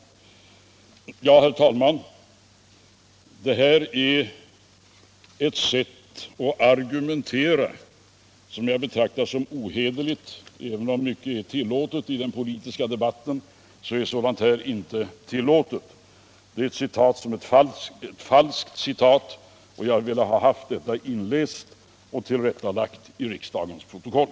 Herr talman! Det här sättet att argumentera, som herr Bohman begagnade sig av i går, betraktar jag som ohederligt. Även om mycket får passera i den politiska debatten så är sådant här inte tillåtet. Herr Bohman har anfört ett falskt citat, och jag har velat göra ett tillrättaläggande med vad jag nu läst in i riksdagens protokoll.